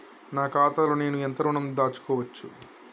నా ఖాతాలో నేను ఎంత ఋణం దాచుకోవచ్చు?